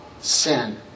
sin